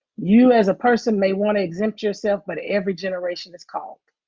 you as a person may want to exempt yourself, but every generation is called.